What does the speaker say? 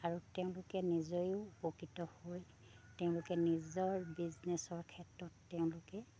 আৰু তেওঁলোকে নিজেও উপকৃত হৈ তেওঁলোকে নিজৰ বিজনেচৰ ক্ষেত্ৰত তেওঁলোকে